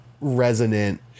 resonant